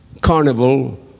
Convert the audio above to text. carnival